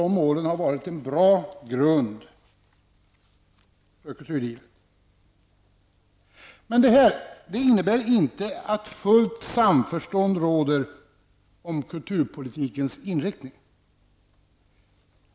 De målen har varit en bra grund för kulturlivet. Men detta innebär inte att fullt samförstånd råder om kulturpolitikens inriktning.